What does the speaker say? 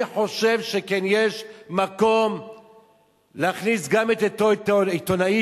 אני חושב שכן יש מקום להכניס גם את אותו עיתונאי